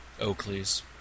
Oakleys